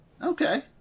Okay